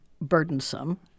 burdensome